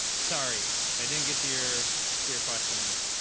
sorry if i didn't get to your, to your question.